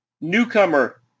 Newcomer